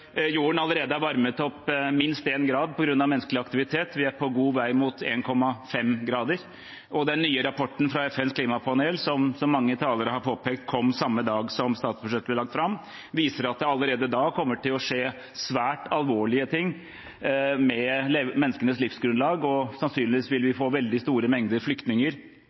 jorden allerede er varmet opp minst 1 grad på grunn av menneskelig aktivitet. Vi er på god vei mot 1,5 grader, og den nye rapporten fra FNs klimapanel, som så mange talere har påpekt kom samme dag som statsbudsjettet ble lagt fram, viser at det allerede da kommer til å skje svært alvorlige ting med menneskenes livsgrunnlag. Sannsynligvis vil vi få veldig store mengder flyktninger,